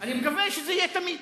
אני מקווה שזה יהיה תמיד,